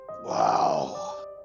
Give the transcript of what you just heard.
Wow